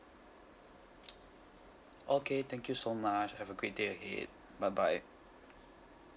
okay thank you so much have a great day ahead bye bye